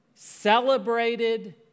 celebrated